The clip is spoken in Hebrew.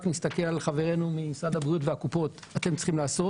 מסתכל על חברינו ממשרד הבריאות והקופות שהם צריכים לעשות.